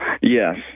Yes